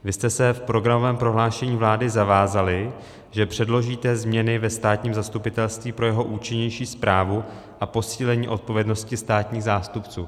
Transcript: Vy jste se v programovém prohlášení vlády zavázali, že předložíte změny ve státním zastupitelství pro jeho účinnější správu a posílení odpovědnosti státních zástupců.